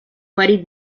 marit